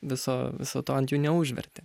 viso viso to ant jų neužvertė